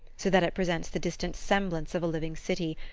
so that it presents the distant semblance of a living city,